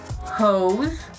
hose